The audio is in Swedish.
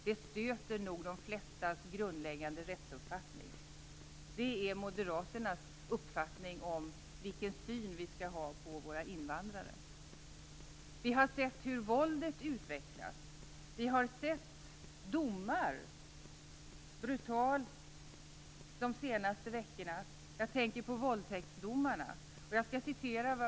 Det stöter nog de flestas grundläggande rättsuppfattning." Det är Moderaternas uppfattning om vilken syn vi skall ha på våra invandrare. Vi har sett hur våldet utvecklas. Vi har brutalt sett domar de senaste veckorna, och jag tänker då på våldtäktsdomarna.